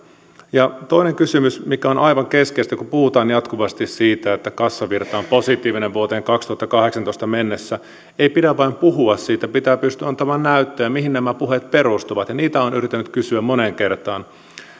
toinen kysymys on aivan keskeinen kun puhutaan jatkuvasti siitä että kassavirta on positiivinen vuoteen kaksituhattakahdeksantoista mennessä ei pidä vain puhua siitä vaan pitää pystyä antamaan näyttöä mihin nämä puheet perustuvat ja niitä olen yrittänyt kysyä moneen kertaan